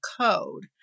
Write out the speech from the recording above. code